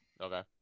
Okay